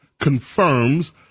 confirms